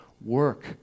work